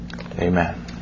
Amen